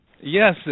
yes